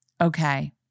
Okay